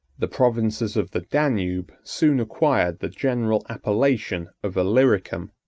the provinces of the danube soon acquired the general appellation of illyricum,